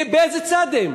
באיזה צד הם?